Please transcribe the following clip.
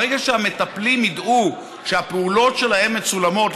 ברגע שהמטפלים ידעו שהפעולות שלהם מצולמות,